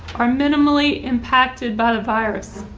are minimally impacted by the virus.